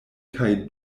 kaj